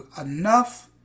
enough